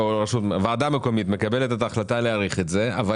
ועדה מקומית מקבלת החלטה להאריך את זה אבל